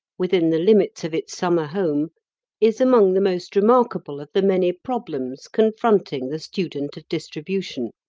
within the limits of its summer home is among the most remarkable of the many problems confronting the student of distribution,